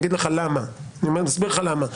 אני אסביר לך למה,